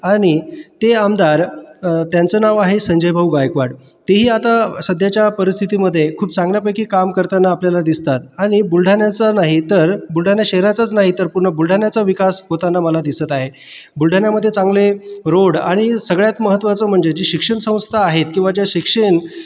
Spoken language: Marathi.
आणि ते आमदार त्यांचं नांव आहे संजयभाऊ गायकवाड तेही आता सध्याच्या परिस्थितीमध्ये खूप चांगल्यापैकी काम करताना आपल्याला दिसतात आणि बुलढाण्याचं नाही तर बुलढाणा शहराचाच नाही तर पूर्ण बुलढाण्याचा विकास होताना मला दिसत आहे बुलढाणामध्ये चांगले रोड आणि सगळ्यात महत्वाचं म्हणजे जी शिक्षणसंस्था आहेत किंवा ज्या शिक्षण